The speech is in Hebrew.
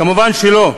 מובן שלא.